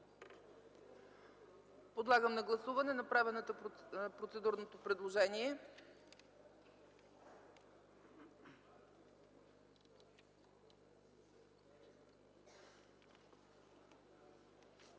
Подлагам на гласуване направеното процедурно предложение.